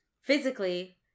Physically